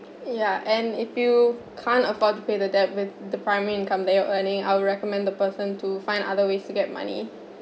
ya and if you can't afford to pay the debt with the primary income that you're earning I would recommend the person to find other ways to get money